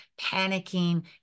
panicking